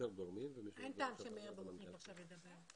אין טעם שמאיר בוחניק עכשיו ידבר.